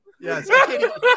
Yes